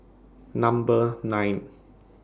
Number nine